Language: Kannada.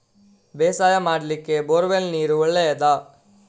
ಬೇಸಾಯ ಮಾಡ್ಲಿಕ್ಕೆ ಬೋರ್ ವೆಲ್ ನೀರು ಒಳ್ಳೆಯದಾ?